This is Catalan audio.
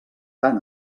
tant